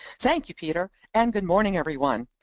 thank you peter, and good morning everyone.